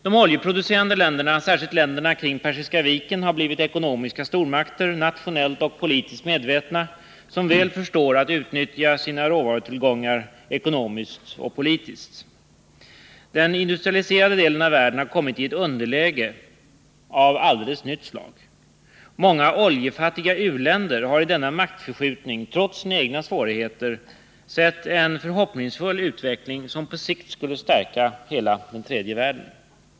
De oljeproducerande länderna, särskilt länderna kring Persiska viken, har blivit ekonomiska stormakter, nationellt och politiskt medvetna, som väl förstår att utnyttja sina råvarutillgångar ekonomiskt och politiskt. Den industrialiserade delen av världen har kommit i ett underläge av alldeles nytt slag. Många oljefattiga u-länder har i denna maktförskjutning trots sina egna svårigheter sett en förhoppningsfull utveckling som på sikt skulle stärka hela den tredje världen.